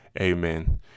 Amen